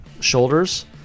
shoulders